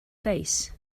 face